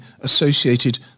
associated